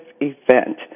event